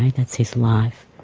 that's his life.